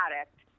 addict